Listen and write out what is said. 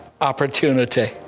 opportunity